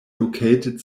located